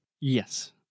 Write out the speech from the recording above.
Yes